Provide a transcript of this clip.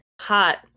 hot